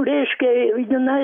reiškia jinai